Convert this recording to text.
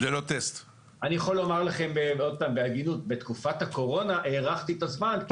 אומר בהגינות שבתקופת הקורונה הארכנו את הזמן.